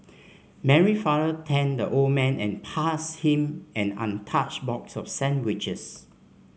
Mary father thanked the old man and passed him an untouched box of sandwiches